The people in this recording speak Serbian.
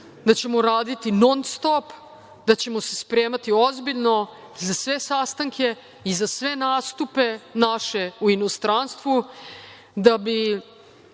da ćemo raditi non-stop, da ćemo se spremati ozbiljno za sve sastanke i za sve nastupe naše u inostranstvu